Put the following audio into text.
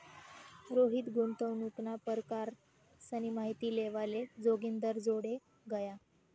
रोहित गुंतवणूकना परकारसनी माहिती लेवाले जोगिंदरजोडे गया